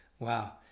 Wow